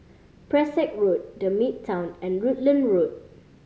Pesek Road The Midtown and Rutland Road